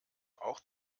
auch